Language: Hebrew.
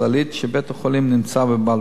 שבית-החולים נמצא בבעלותה,